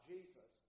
Jesus